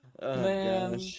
man